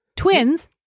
Twins